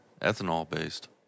Ethanol-based